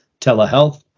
telehealth